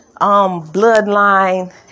bloodline